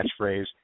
catchphrase